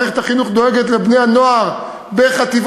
מערכת החינוך דואגת לבני-הנוער בחטיבות